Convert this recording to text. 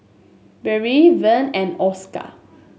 Brielle Vern and Oscar